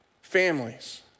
families